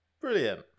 Brilliant